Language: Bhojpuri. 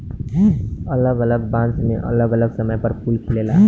अलग अलग बांस मे अलग अलग समय पर फूल खिलेला